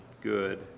good